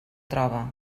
troba